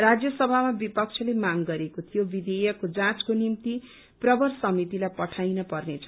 राज्य सभामा विपक्षले माग गरेको थियो विषेयकको जाँचको निम्ति प्रवर समितिलाई पठाउन पर्नेछ